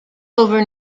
over